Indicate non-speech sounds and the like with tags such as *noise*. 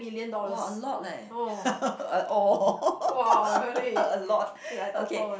!wah! a lot leh *laughs* uh orh a lot okay